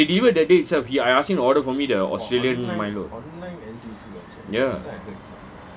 and they deliver that day itself he I ask him to order for me the australian milo ya